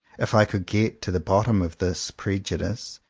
if i could get to the bottom of this prejudice,